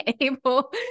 able